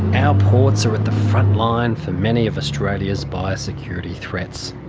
our ports are at the frontline for many of australia's biosecurity threats,